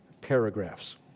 paragraphs